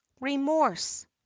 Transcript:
remorse